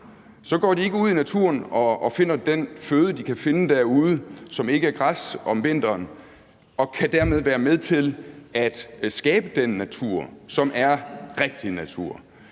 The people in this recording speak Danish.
så går de ikke ud i naturen og finder den føde, de kan finde derude om vinteren, som ikke er græs, og som derved kan være med til at skabe den natur, som er rigtig natur.